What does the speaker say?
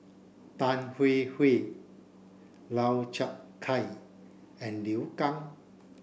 tan Hwee Hwee Lau Chiap Khai and Liu Kang